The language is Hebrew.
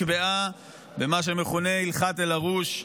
שנקבעה במה שמכונה הלכת אלהרוש,